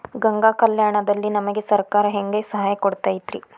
ಗಂಗಾ ಕಲ್ಯಾಣ ದಲ್ಲಿ ನಮಗೆ ಸರಕಾರ ಹೆಂಗ್ ಸಹಾಯ ಕೊಡುತೈತ್ರಿ?